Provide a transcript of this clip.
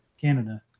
Canada